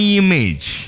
image